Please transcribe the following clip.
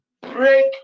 break